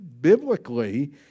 biblically